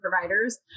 providers